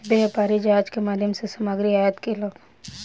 व्यापारी जहाज के माध्यम सॅ सामग्री आयात केलक